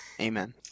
Amen